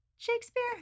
shakespeare